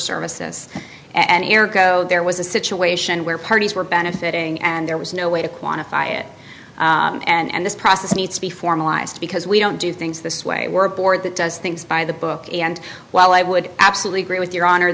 services and airco there was a situation where parties were benefiting and there was no way to quantify it and this process needs to be formalized because we don't do things this way we're a board that does things by the book and while i would absolutely agree with your honor